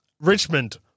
Richmond